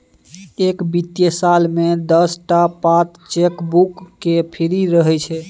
एक बित्तीय साल मे दस टा पात चेकबुक केर फ्री रहय छै